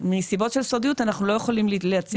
מסיבות של סודיות אנחנו לא יכולים להציג ולהתייחס למקרים פרטניים.